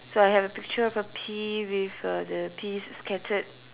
so I have a picture of a pea with uh the peas scattered